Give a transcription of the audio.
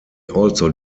also